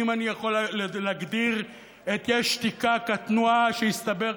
אם אני יכול להגדיר את שוברים שתיקה כתנועה שהסתברה